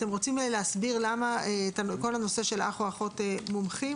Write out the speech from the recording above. אתם רוצים להסביר למה כל הנושא של אח או אחות מומחים,